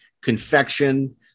confection